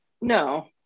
no